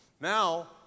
Now